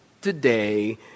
today